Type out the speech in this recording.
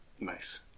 Nice